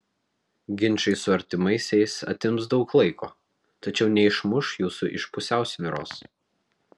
ginčai su artimaisiais atims daug laiko tačiau neišmuš jūsų iš pusiausvyros